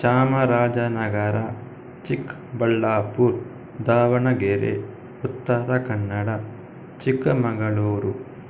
Chamarajanagar Chikkaballapur Davanagere Uttara Kannada Chikkamagaluru